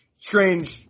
strange